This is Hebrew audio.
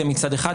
זה מצד אחד.